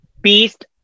Beast